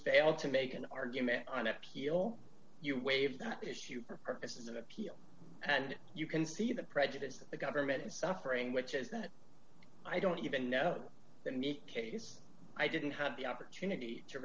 fail to make an argument on appeal you waive that issue for purposes of appeal and you can see the prejudice that the government is suffering which is that i don't even know that case i didn't have the opportunity to